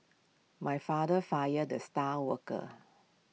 my father fired the star worker